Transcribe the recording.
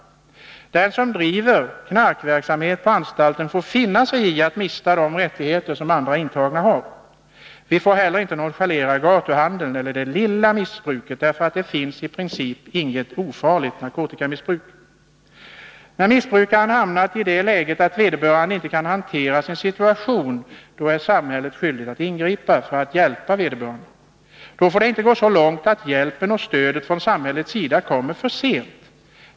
Den som bedriver knarkverksamhet på anstalterna får finna sig i att mista de rättigheter som andra intagna har. Vi får heller inte nonchalera gatuhandeln eller det lilla missbruket, därför att det finns i princip inget ofarligt narkotikamissbruk. När missbrukaren hamnat i det läget att vederbörande inte kan hantera sin situation, då är samhället skyldigt att ingripa för att hjälpa honom eller henne. Det får inte gå så långt att hjälpen och stödet från samhällets sida kommer för sent.